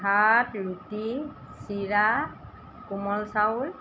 ভাত ৰুটি চিৰা কোমল চাউল